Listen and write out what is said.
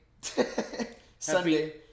Sunday